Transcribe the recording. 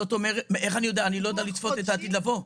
אני לא יודע לצפות את העתיד לבוא.